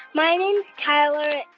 my name's tyler.